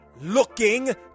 looking